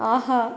ஆஹா